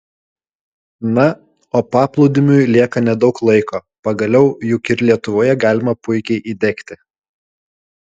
na o paplūdimiui lieka nedaug laiko pagaliau juk ir lietuvoje galima puikiai įdegti